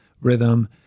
rhythm